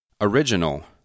original